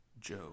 Joe